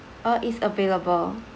uh it's available